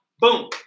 Boom